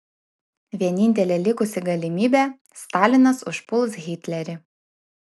vienintelė likusi galimybė stalinas užpuls hitlerį